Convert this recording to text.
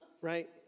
right